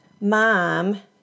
mom